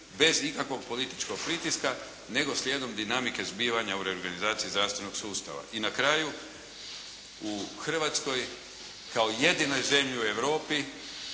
bez ikakvog političkog pritiska nego slijedom dinamike zbivanja u reorganizaciji zdravstvenog sustava. I na kraju, u Hrvatskoj kao jedinoj zemlji u Europi,